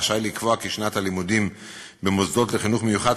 רשאי לקבוע כי שנת הלימודים במוסדות לחינוך מיוחד,